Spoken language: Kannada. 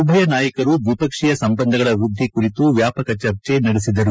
ಉಭಯ ನಾಯಕರು ದ್ವಿಪಕ್ಷೀಯ ಸಂಬಂಧಗಳ ವೃದ್ಧಿ ಕುರಿತು ವ್ಯಾಪಕ ಚರ್ಚೆ ನಡೆಸಿದರು